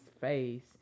face